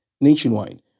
nationwide